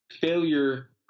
failure